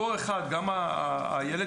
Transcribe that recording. אותו אחד, גם הילד